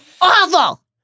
awful